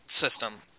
system